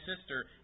sister